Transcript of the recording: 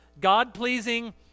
God-pleasing